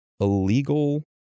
Illegal